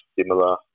similar